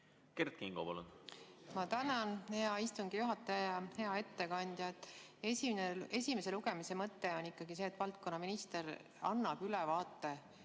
põhimõtet. Ma tänan, hea istungi juhataja! Hea ettekandja! Esimese lugemise mõte on ikkagi see, et valdkonnaminister annab ülevaate